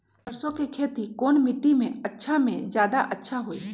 सरसो के खेती कौन मिट्टी मे अच्छा मे जादा अच्छा होइ?